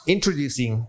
Introducing